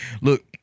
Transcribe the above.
Look